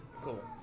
Cool